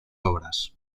obras